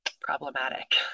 problematic